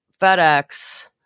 FedEx